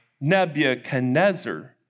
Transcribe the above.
Nebuchadnezzar